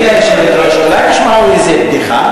גברתי היושבת-ראש, אולי תשמעו איזו בדיחה?